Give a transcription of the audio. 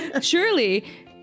Surely